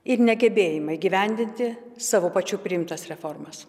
ir negebėjimą įgyvendinti savo pačių priimtas reformas